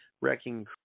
wrecking